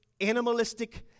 animalistic